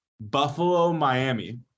Buffalo-Miami